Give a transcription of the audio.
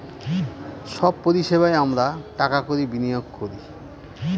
সব পরিষেবায় আমরা টাকা কড়ি বিনিয়োগ করি